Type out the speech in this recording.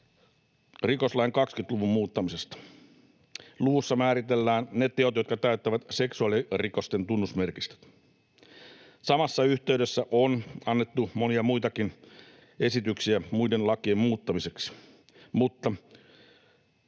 rikoslain 20 luvun muuttamisesta. Luvussa määritellään ne teot, jotka täyttävät seksuaalirikosten tunnusmerkistöt. Samassa yhteydessä on annettu monia muitakin esityksiä muiden lakien muuttamiseksi, mutta